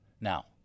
now